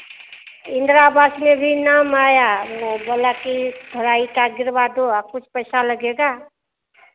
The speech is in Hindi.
इन्दिरावास में भी नाम आया वो बोला कि थोड़ा ईंटा गिरवा दो और कुछ पैसा लगेगा